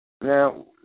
Now